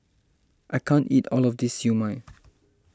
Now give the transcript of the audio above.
I can't eat all of this Siew Mai